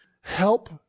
help